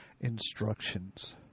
instructions